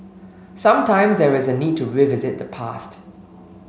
sometimes there is a need to revisit the past